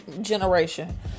generation